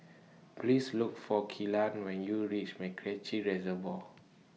Please Look For Kelan when YOU REACH Macritchie Reservoir